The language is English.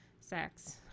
sex